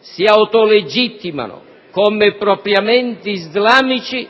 si autolegittimano come propriamente islamici